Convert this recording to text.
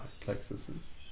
plexuses